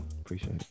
Appreciate